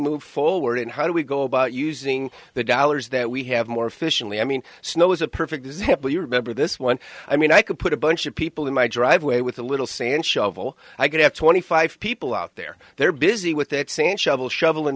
move forward and how do we go about using the dollars that we have more efficiently i mean snow is a perfect example you remember this one i mean i could put a bunch of people in my driveway with a little sand shovel i could have twenty five people out there they're busy with that same shovel shovel in